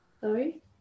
sorry